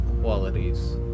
qualities